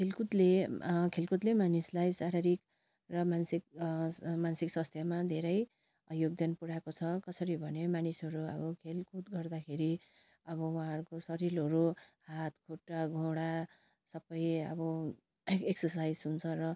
खेलकुदले खेलकुदले मानिसलाई शारीरिक र मानसिक मानसिक स्वास्थ्यमा धेरै योगदान पुऱ्याएको छ कसरी भने मानिसहरू अब खेलकुद गर्दाखेरि अब उहाँहरूको शरीरहरू हात खुट्टा घुँडा सबै अब एक्सासाइज हुन्छ र